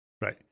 right